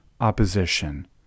opposition